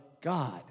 God